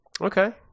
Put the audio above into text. okay